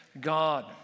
God